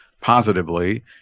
positively